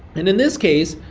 and in this case,